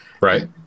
Right